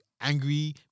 angry